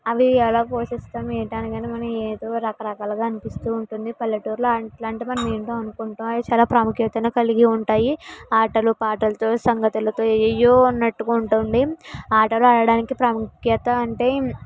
అవి ఎలా పోషిస్తాము ఏంటి అని మనమేదో రకరకాలుగా అనిపిస్తూ ఉంటుంది పల్లెటూర్లో అట్లాంటివి మనం ఏంటో అనుకుంటాము ఇవి చాలా ప్రాముఖ్యతను కలిగి ఉంటాయి ఆటలు పాటలతో సంగతులతో ఏవేవో ఉన్నట్టుగా ఉంటుంది ఆటలు ఆడడానికి ప్రాముఖ్యత అంటే